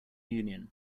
union